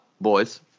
boys